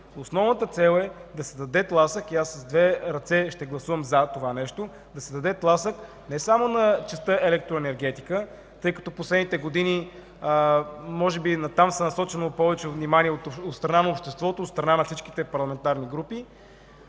Основната цел е да се даде тласък и аз с две ръце ще гласувам „за” това нещо не само за частта „Електроенергетика” – тъй като в последните години може би натам сме насочили повече вниманието от страна на обществото и от страна на всички парламентарни групи,